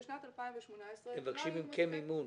הם מבקשים מכם מימון.